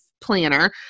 planner